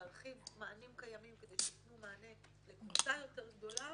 להרחיב מענים קיימים כדי שייתנו מענה לקבוצה יותר גדולה.